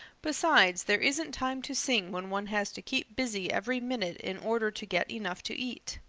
besides, there isn't time to sing when one has to keep busy every minute in order to get enough to eat.